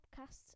podcasts